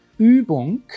Übung